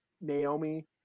naomi